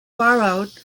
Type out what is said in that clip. borrowed